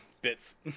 Bits